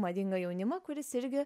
madingą jaunimą kuris irgi